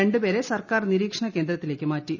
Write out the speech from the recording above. രണ്ട് പേരെ സർക്കാർ നിരീക്ഷണ കേന്ദ്രത്തിലേക്ക് മാറ്റി